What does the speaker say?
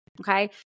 Okay